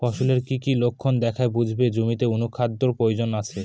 ফসলের কি কি লক্ষণ দেখে বুঝব জমিতে অনুখাদ্যের প্রয়োজন আছে?